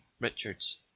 Richards